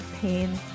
pain